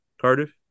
Cardiff